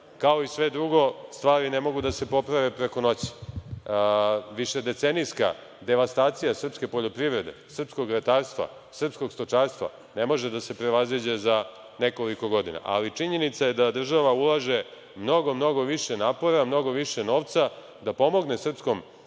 kao i sve drugo, stvari ne mogu da se poprave preko noći. Višedecenijska devastacija srpske poljoprivrede, srpskog ratarstva, srpskog stočarstva ne može da se prevaziđe za nekoliko godina, ali činjenica je da država ulaže mnogo, mnogo više napora, mnogo više novca da pomogne srpskom